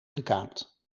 gekaapt